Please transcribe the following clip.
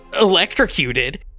electrocuted